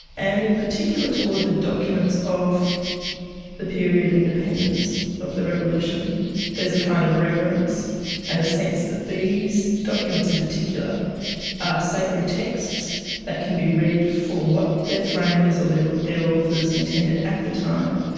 and in particular toward the documents of the period of independence, of the revolution there's a kind of reverence and a sense that these documents in particular are sacred texts that can be read for what their framers or their their authors intended at the time,